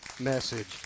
message